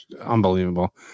Unbelievable